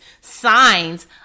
signs